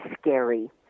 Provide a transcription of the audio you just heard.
scary